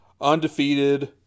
undefeated